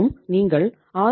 மற்றும் நீங்கள் ஆர்